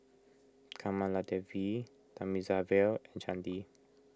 Kamaladevi Thamizhavel and Chandi